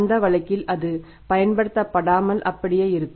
அந்த வழக்கில் அது பயன்படுத்தப்படாமல் அப்படியே இருக்கும்